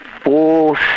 full